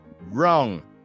wrong